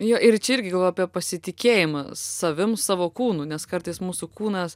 jo ir čia irgi galvoju apie pasitikėjimą savim savo kūnu nes kartais mūsų kūnas